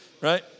right